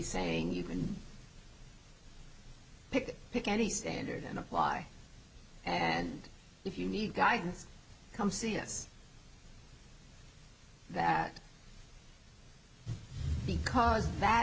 can pick pick any standard and apply and if you need guidance come see us that because that